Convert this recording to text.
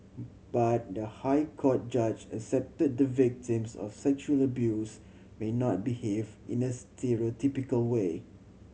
but the High Court judge accepted the victims of sexual abuse may not behave in a stereotypical way